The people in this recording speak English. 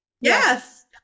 Yes